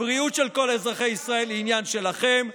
הבריאות של כל אזרחי ישראל היא עניין שלכם.